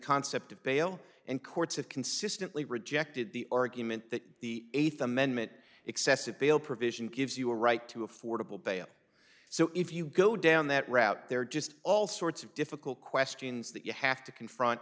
concept of bail and courts have consistently rejected the argument that the eighth amendment excessive bail provision gives you a right to affordable bail so if you go down that route there are just all sorts of difficult questions that you have to confront